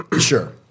Sure